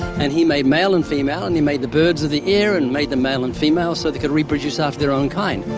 and he made male and female, and he made the birds of the air and made them male and female so they could reproduces after their own kind.